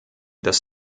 dass